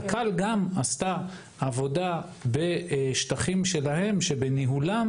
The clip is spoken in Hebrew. קק"ל גם עשתה עבודה בשטחים שבניהולה,